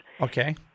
Okay